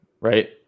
right